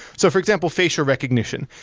so for example, facial recognition.